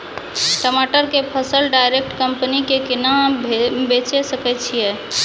टमाटर के फसल डायरेक्ट कंपनी के केना बेचे सकय छियै?